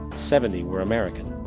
seventy were american.